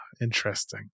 interesting